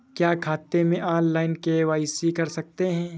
क्या खाते में ऑनलाइन के.वाई.सी कर सकते हैं?